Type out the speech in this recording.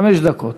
חמש דקות.